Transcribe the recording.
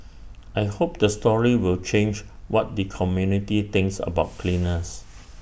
I hope the story will change what the community thinks about cleaners